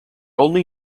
only